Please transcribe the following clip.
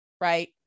Right